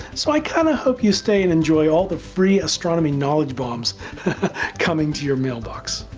so i kind of hope you stay and enjoy all the free astronomy knowledge bombs coming to your inbox.